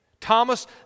Thomas